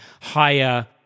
higher